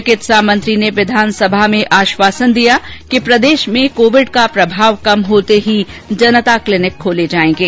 चिकित्सा मंत्री ने विषानसभा में आश्वासन दिया कि प्रदेश में कोविड का प्रणाव कम होते क्षी जनता क्लिनिक खोले जायेंगे